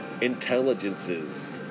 intelligences